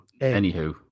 Anywho